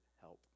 help